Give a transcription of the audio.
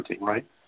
right